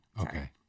Okay